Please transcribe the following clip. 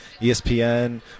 ESPN